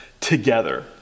together